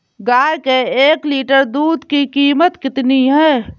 गाय के एक लीटर दूध की कीमत कितनी है?